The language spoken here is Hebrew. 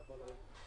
מה עשיתם?